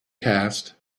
cast